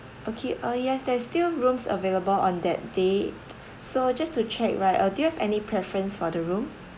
okay uh yes there's still rooms available on that day so just to check right uh do you have any preference for the room